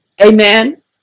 Amen